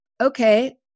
Okay